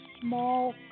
small